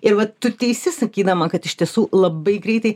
ir va tu teisi sakydama kad iš tiesų labai greitai